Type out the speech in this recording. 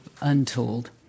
untold